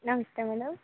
ನಮಸ್ತೆ ಮೇಡಮ್